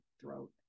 throat